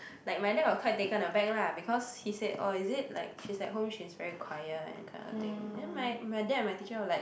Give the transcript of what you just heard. like my dad was quite taken a back lah because he said oh is it oh at home she's very quiet that kind of thing then my my dad my teacher were like